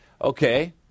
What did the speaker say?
Okay